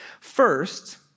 First